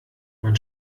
man